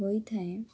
ହୋଇଥାଏ